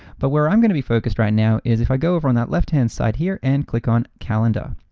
but where i'm gonna be focused right now is if i go over on that left-hand side here and click on calendar.